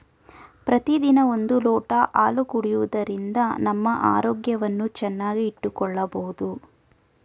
ಪ್ರತಿದಿನ ಒಂದು ಲೋಟ ಹಾಲು ಕುಡಿಯುವುದರಿಂದ ನಮ್ಮ ಆರೋಗ್ಯವನ್ನು ಚೆನ್ನಾಗಿ ಇಟ್ಟುಕೊಳ್ಳಬೋದು